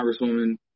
congresswoman